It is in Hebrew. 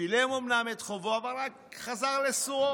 שילם אומנם את חובו אבל חזר לסורו,